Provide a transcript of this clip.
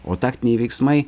o taktiniai veiksmai